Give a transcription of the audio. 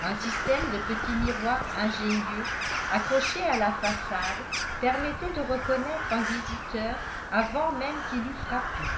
un système de petits miroirs ingénieux accrochés à la façade permettait de reconnaître un visiteur avant même qu'il eût frappé